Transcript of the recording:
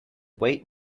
wait